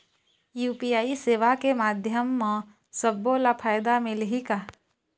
UPI सेवा के माध्यम म सब्बो ला फायदा मिलही का?